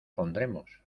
pondremos